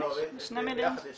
לא, ביחד יש